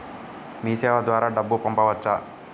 మీసేవ ద్వారా డబ్బు పంపవచ్చా?